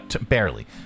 barely